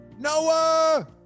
Noah